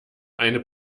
eine